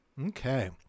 Okay